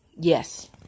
Yes